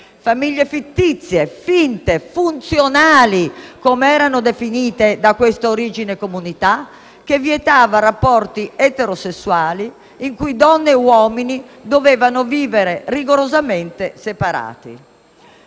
famiglie fittizie, finte, funzionali, come erano definite da questa comunità, che vietava rapporti eterosessuali, in cui donne e uomini dovevano vivere rigorosamente separati.